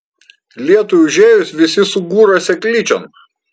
lietui užėjus visi sugūra seklyčion